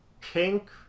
pink